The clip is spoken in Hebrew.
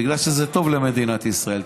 בגלל שזה טוב למדינת ישראל.